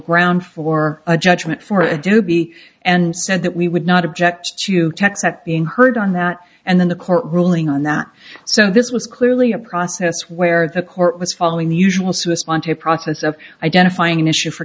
ground for a judgment for adobe and said that we would not object to tax that being heard on that and then the court ruling on that so this was clearly a process where the court was following the usual swiss wanted process of identifying an issue for